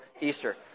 Easter